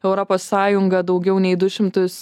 europos sąjunga daugiau nei du šimtus